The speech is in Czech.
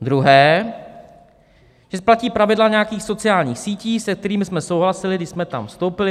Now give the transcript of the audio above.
Druhý, že platí pravidla nějakých sociálních sítí, se kterými jsme souhlasili, když jsme tam vstoupili.